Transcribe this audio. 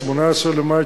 18 במאי,